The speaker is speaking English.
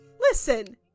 Listen